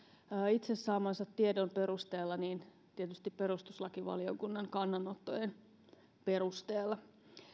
itse saamansa tiedon perusteella niin tietysti perustuslakivaliokunnan kannanottojen perusteella